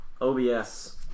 obs